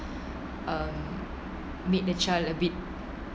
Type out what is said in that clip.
um make the child a bit